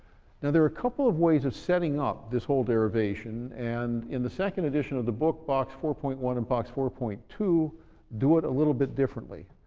now there a couple of ways of setting up this whole derivation, and in the second edition of the book, box four point one and box four point two do it a little bit differently.